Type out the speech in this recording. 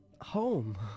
home